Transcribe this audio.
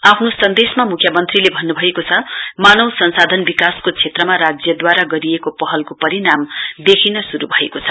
आफ्नो सन्देशमा मुख्यमन्त्रीले भन्न भएको छ मानव संसाधन विकासको क्षेत्रमा राज्यद्वारा गरिएको पहलको परिणाम देखि शुरू भएको छ